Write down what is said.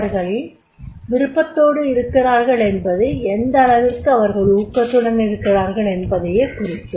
அவர்கள் விருப்பதோடு இருக்கிறார்கள் என்பது எந்த அளவிற்கு அவர்கள் ஊக்கத்துடன் இருக்கிறார்கள் என்பதையே குறிக்கும்